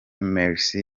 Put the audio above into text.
mercy